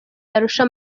arusha